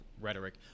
rhetoric